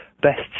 best